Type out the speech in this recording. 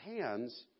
hands